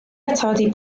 atodi